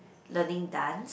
learning dance